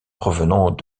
provenant